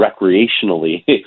recreationally